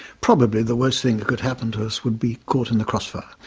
probably the worst thing that could happen to us would be caught in the crossfire,